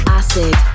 acid